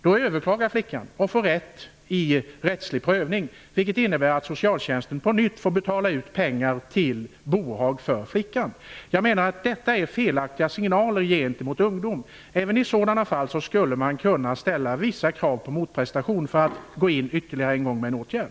Då överklagar flickan och får rätt i den rättsliga prövningen, vilket innebär att socialtjänsten på nytt får betala ut pengar till bohag för flickan. Detta är att ge felaktiga signaler till ungdomen. I sådana fall skulle man kunna ställa vissa krav på motprestation för att gå in med ytterligare en åtgärd.